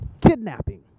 Kidnapping